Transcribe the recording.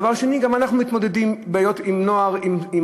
דבר שני, גם אנחנו מתמודדים עם בעיות עם נוער, עם